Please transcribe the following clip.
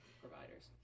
providers